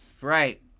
right